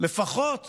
לפחות